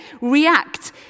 React